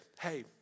hey